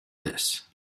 this